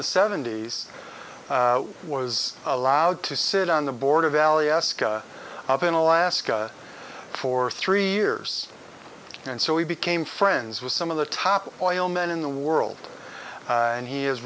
the seventy's was allowed to sit on the board of valley ask up in alaska for three years and so he became friends with some of the top oil men in the world and he has